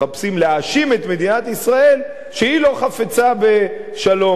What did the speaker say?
מחפשים להאשים את מדינת ישראל שהיא לא חפצה בשלום,